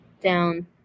Down